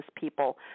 people